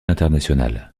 international